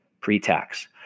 pre-tax